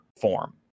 form